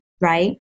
right